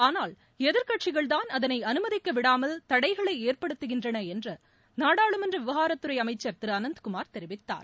ஆனால் எதிர்கட்சிகள் தான் அதனை அனுமதிக்கவிடாமல் தடைகளை ஏற்படுத்துகின்றன என்று நாடாளுமன்ற விவாகரத்துறை அமைச்சர் திரு அனந்த்குமார் தெரிவித்தார்